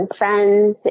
friends